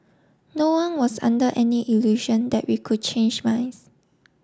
no one was under any illusion that we could change minds